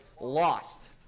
lost